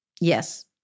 Yes